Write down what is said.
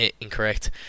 incorrect